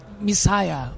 Messiah